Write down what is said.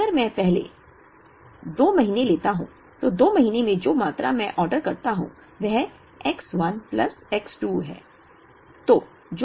अब अगर मैं पहले दो महीने लेता हूं तो दो महीने में जो मात्रा मैं ऑर्डर करता हूं वह X 1 प्लस X 2 है